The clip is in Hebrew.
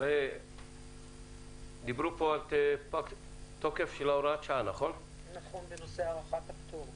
הרי דיברו פה תפוגת תוקפה של הוראת השעה בנוגע להארכת הפטור,